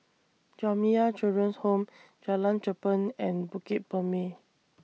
Jamiyah Children's Home Jalan Cherpen and Bukit Purmei